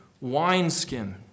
wineskin